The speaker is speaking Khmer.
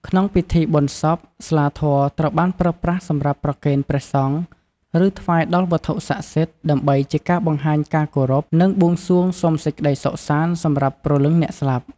ក្នុងពិធីបុណ្យសព ស្លាធម៌ត្រូវបានប្រើសម្រាប់ប្រគេនព្រះសង្ឃ ឬថ្វាយដល់វត្ថុស័ក្តិសិទ្ធិ ដើម្បីជាការបង្ហាញការគោរព និងបួងសួងសុំសេចក្ដីសុខសាន្តសម្រាប់ព្រលឹងអ្នកស្លាប់។